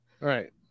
Right